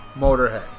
Motorhead